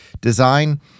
design